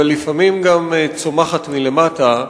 אבל לפעמים גם צומחת מלמטה,